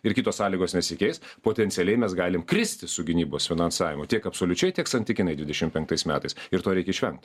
ir kitos sąlygos nesikeis potencialiai mes galim kristi su gynybos finansavimu tiek absoliučiai tiek santykinai dvidešim penktais metais ir to reikia išvengt